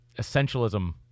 Essentialism